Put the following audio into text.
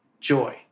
joy